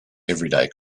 everyday